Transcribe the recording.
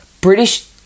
British